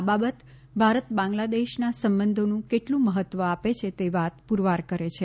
આ બાબત ભારત બાંગ્લાદેશના સંબંધોને કેટલું મહત્ત્વ આપે છે તે વાત પૂરવાર કરે છે